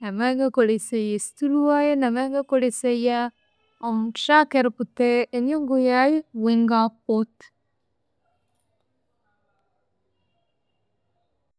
Ngamangakolesaya estool wire, ngamangakolesaya omuthaka erikutha enyungu yayi bwi ingakutha